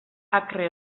akre